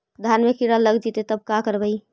धान मे किड़ा लग जितै तब का करबइ?